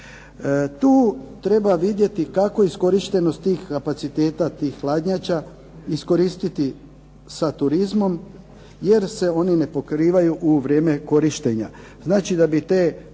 Tu treba vidjeti kako iskorištenost tih kapaciteta tih hladnjača iskoristiti sa turizmom jer se oni ne pokrivaju u vrijeme korištenja.